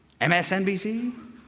MSNBC